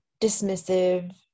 dismissive